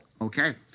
Okay